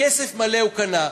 בכסף מלא הוא קנה,